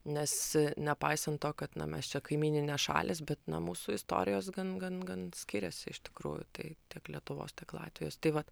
nes nepaisant to kad na mes čia kaimyninės šalys bet nao mūsų istorijos gan gan gan skiriasi iš tikrųjų tai tiek lietuvos tiek latvijos tai vat